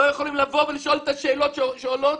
לא יכולים לשאול שאלות שעולות.